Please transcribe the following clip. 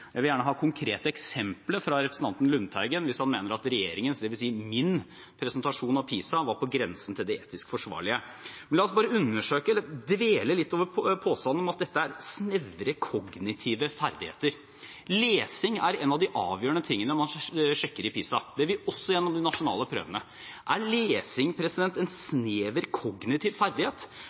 Jeg vil gjerne ha konkrete eksempler fra representanten Lundteigen hvis han mener at regjeringens, dvs. min, presentasjon av PISA var på grensen til det etisk forsvarlige. La oss dvele litt ved påstanden om at dette er snevre kognitive ferdigheter. Lesing er en av de avgjørende tingene man sjekker i PISA. Det gjør vi også gjennom de nasjonale prøvene. Er lesing en snever kognitiv ferdighet?